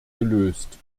gelöst